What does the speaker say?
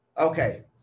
Okay